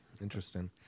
Interesting